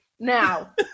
Now